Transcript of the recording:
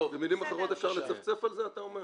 במילים אחרות אפשר לצפצף על זה אתה אומר?